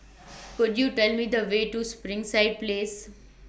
Could YOU Tell Me The Way to Springside Place